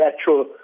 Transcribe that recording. actual